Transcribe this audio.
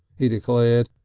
he declared